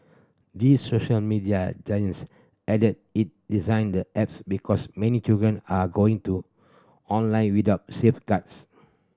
the social media giant added it designed the apps because many children are going to online without safeguards